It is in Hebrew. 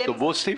גם לאוטובוסים?